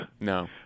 No